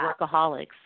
workaholics